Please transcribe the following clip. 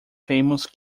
famous